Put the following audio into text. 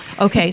okay